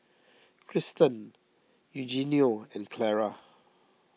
Krysten Eugenio and Clara